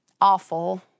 awful